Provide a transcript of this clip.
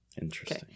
Interesting